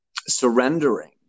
Surrendering